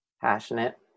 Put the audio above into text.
Passionate